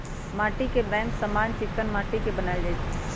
माटीके बैंक समान्य चीकनि माटि के बनायल जाइ छइ